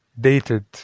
dated